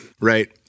Right